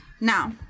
now